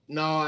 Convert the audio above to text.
no